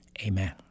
Amen